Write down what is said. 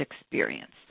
experience